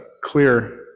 clear